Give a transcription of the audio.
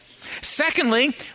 Secondly